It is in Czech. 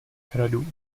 hradu